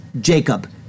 Jacob